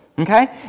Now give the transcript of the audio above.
okay